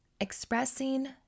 expressing